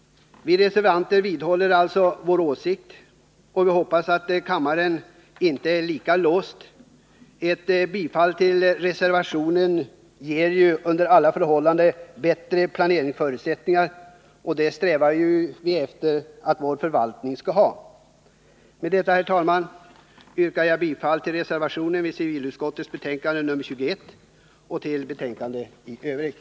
Vi reservanter vidhåller alltså vår åsikt och hoppas att kammaren inte är lika låst som utskottsmajoriteten — ett bifall till reservationen ger under alla förhållanden bättre planeringsförutsättningar, och det strävar vi ju efter att vår förvaltning skall ha. Herr talman! Jag yrkar bifall till reservationen vid civilutskottets betänkande nr 21 och i övrigt bifall till utskottets hemställan.